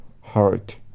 heart